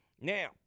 Now